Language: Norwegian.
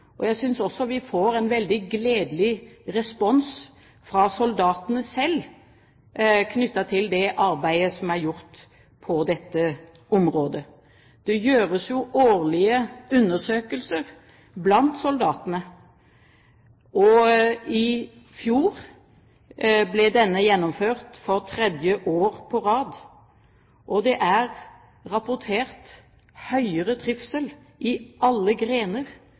og jeg synes også vi får en veldig gledelig respons fra soldatene selv, knyttet til det arbeidet som er gjort på dette området. Det gjøres årlige undersøkelser blant soldatene. I fjor ble denne gjennomført for tredje år på rad, og det er rapportert høyere trivsel i alle grener